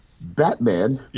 Batman